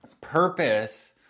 purpose